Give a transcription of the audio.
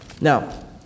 Now